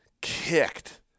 kicked